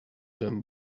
them